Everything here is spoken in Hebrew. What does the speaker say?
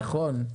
נכון.